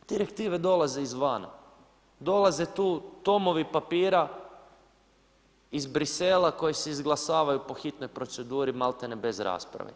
Direktive dolaze izvana, dolaze tu tomovi papira iz Bruxellesa koji se izglasavaju po hitnoj proceduri malte ne bez rasprave.